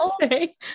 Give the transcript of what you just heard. say